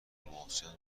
محسن